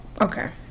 Okay